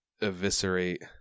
eviscerate